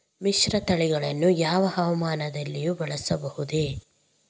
ಮಿಶ್ರತಳಿಗಳನ್ನು ಯಾವ ಹವಾಮಾನದಲ್ಲಿಯೂ ಬೆಳೆಸಬಹುದೇ?